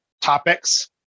topics